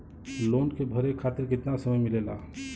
Loan के भरे खातिर कितना समय मिलेला?